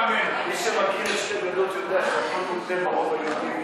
מי שמכיר את "שתי גדות" יודע, בבקשה, אדוני.